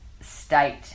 state